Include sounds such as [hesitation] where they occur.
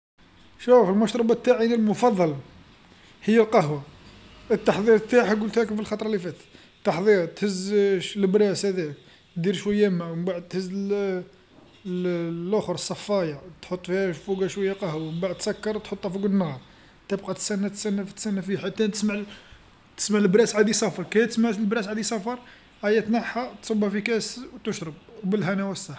شوف المشروبات تاعي المفضل، هي القهوه، التحضير تاعها قلتهالكم في الخطرة لي فاتت، التحضير تهز [hesitation] الإبريق هذاك، دير شويه ما ومن بعد تهز ل- ل- لاخر الصفايه تحط فيها فوقها شويه قهوه ومن بعد تسكر تحطها فوق النار، تبقى تسنى تسنى تسنى فيه حتى تسمع تسمع الإبريق عاد يسفر كي تسمع الإبريق عاد يسفر، هايا تنحى، تصبها في كاس وتشرب، بالهنا والصح.